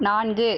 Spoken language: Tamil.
நான்கு